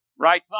Right